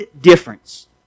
difference